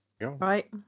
Right